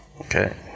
Okay